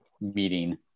meeting